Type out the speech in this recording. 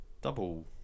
double